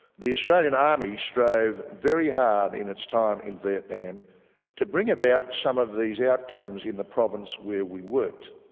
the australian army strove very hard in its time in vietnam to bring about some of these outcomes in the province where we worked.